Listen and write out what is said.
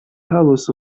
حواس